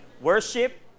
worship